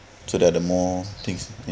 so that the more things ya